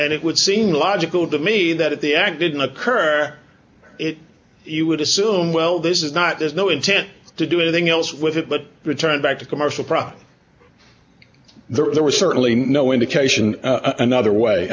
and it would seem logical to me that the act didn't occur you would assume well this is not there's no intent to do anything else with it but return back to commercial profit there was certainly no indication another way